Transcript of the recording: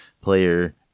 player